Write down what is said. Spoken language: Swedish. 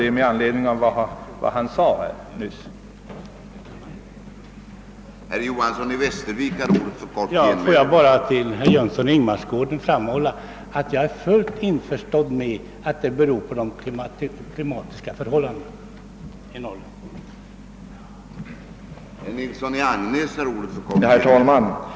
Detta kan förtjäna att framhållas efter herr Johansons anförande.